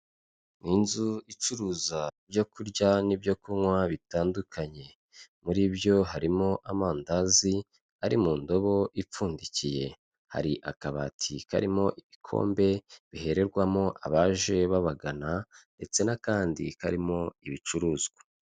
Ni inzu icuruza ibyo kurya n'ibyo kunywa bitandukanye muri byo harimo amandazi ari mu ndobo ipfundikiye, hari akabati karimo ibikombe bihererwamo abaje babagana ndetse n'akandi karimo ibicuruzwa.